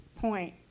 point